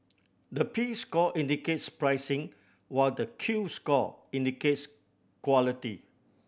the P score indicates pricing while the Q score indicates quality